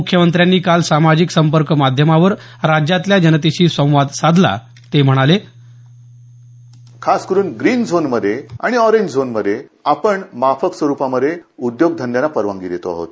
मुख्यमंत्र्यांनी काल सामाजिक संपर्क माध्यमावर राज्यातल्या जनतेशी संवाद साधला ते म्हणाले खास करून ग्रीन झोनमध्ये आणि आरैज झोनमध्ये आपण माफक स्वरूपामध्ये उद्योगधंद्यांना परवानगी देत आहोत